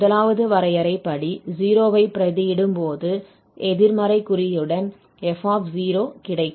முதலாவது வரையறைப்படி 0 ஐ பிரதியிடும் போது எதிர்மறை குறியுடன் f கிடைக்கும்